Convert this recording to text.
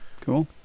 cool